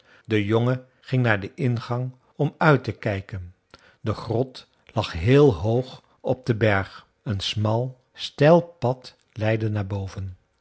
de jongen ging naar den ingang om uit te kijken de grot lag heel hoog op den berg een smal steil pad leidde naar boven